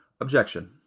Objection